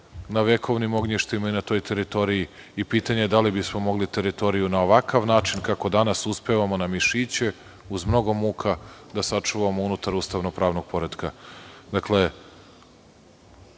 na vekovnim ognjištima i na toj teritoriji, i pitanje da li bismo mogli teritoriju na ovakav način kako danas uspevamo na mišiće, uz mnogo muka da sačuvamo unutar ustavno-pravnog poretka. Dakle,